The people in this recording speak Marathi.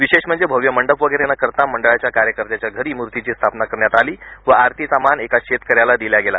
विशेष म्हणजे भव्य मंडप वगैरे न करता मंडळाच्या कार्यकर्त्यांच्या घरी मूर्तीची स्थापना करण्यात आली व आरतीचा मान एका शेतकऱ्याला दिला गेला